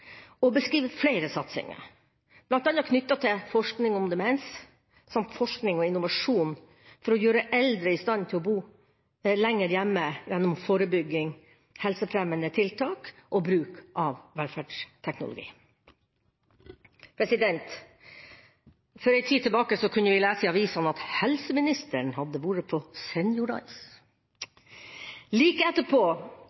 flere satsinger bl.a. knyttet til forskning om demens samt forskning og innovasjon for å gjøre eldre i stand til å bo lenger hjemme gjennom forebygging, helsefremmende tiltak og bruk av velferdsteknologi. For ei tid tilbake kunne vi lese i avisene at helseministeren hadde vært på